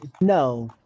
No